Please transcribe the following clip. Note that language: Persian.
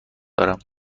دارم